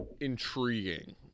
intriguing